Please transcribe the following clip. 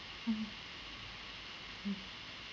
mm mm